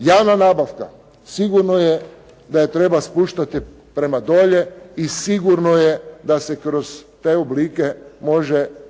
Javna nabavka, sigurno je da je treba spuštati prema dolje i sigurno je da se kroz te oblike može postići